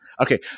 Okay